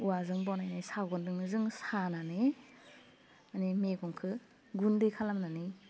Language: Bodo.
औवाजों बनायनाय सागनजोंनो जोङो सानानै माने मैगंखौ गुन्दै खालामनानै